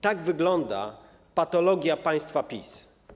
Tak wygląda patologia państwa PiS.